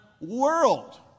world